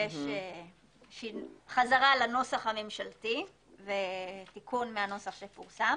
כאן יש חזרה לנוסח הממשלתי ותיקון מהנוסח שפורסם